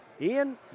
Ian